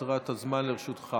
יתרת הזמן לרשותך.